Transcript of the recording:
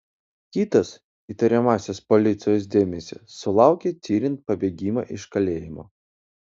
kitas įtariamasis policijos dėmesio sulaukė tiriant pabėgimą iš kalėjimo